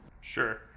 sure